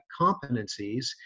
competencies